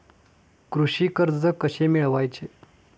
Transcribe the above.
कृषी कर्ज कसे मिळवायचे?